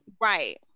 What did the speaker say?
right